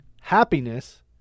Happiness